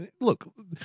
Look